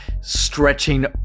stretching